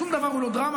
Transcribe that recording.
שום דבר הוא לא דרמה.